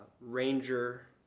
ranger